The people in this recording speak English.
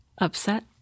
upset